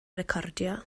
recordio